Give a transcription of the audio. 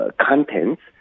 contents